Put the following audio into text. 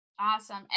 Awesome